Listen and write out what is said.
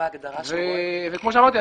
וכמו שאמרתי,